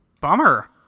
bummer